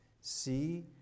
see